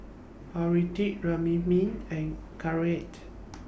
Hirudoid Remifemin and Caltrate